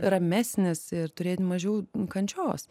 ramesnis ir turėt mažiau kančios